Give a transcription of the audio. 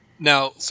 Now